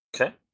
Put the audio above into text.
Okay